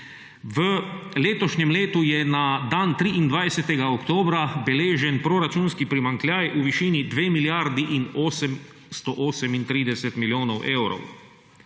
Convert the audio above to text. V letošnjem letu je na dan 23 oktobra beležen proračunski primanjkljaj v višini 2 milijardi in 838 milijonov evrov.